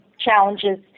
challenges